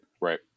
Right